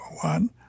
one